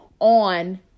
on